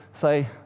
say